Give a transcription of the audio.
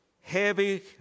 heavy